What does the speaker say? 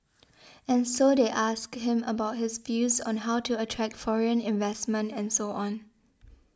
and so they asked him about his views on how to attract foreign investment and so on